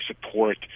support